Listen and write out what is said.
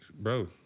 Bro